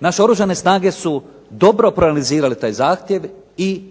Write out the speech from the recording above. Naše Oružane snage su dobro proanalizirale taj zahtjev i